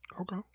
Okay